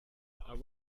are